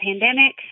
pandemic